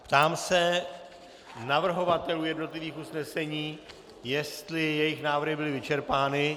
Ptám se navrhovatelů jednotlivých usnesení, jestli jejich návrhy byly vyčerpány.